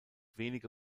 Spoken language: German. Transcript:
wenige